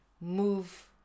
move